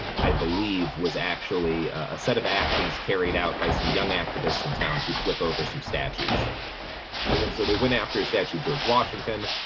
i believe was actually a set of actions carried out by some young activists in town to flip over some statues and so they went after a statue of george washington.